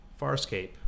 Farscape